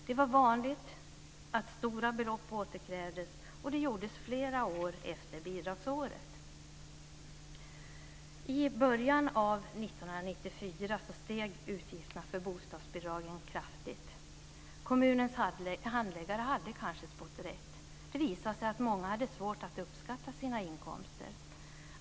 Det var vanligt att stora belopp återkrävdes, och det gjordes flera år efter bidragsåret. I början av 1994 steg utgifterna för bostadsbidragen kraftigt. Kommunens handläggare hade kanske spått rätt. Det visade sig att många hade svårt att uppskatta sina inkomster.